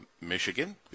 Michigan